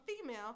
female